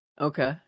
okay